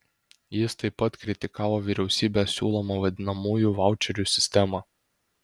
jis taip pat kritikavo vyriausybės siūlomą vadinamųjų vaučerių sistemą